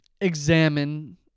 examine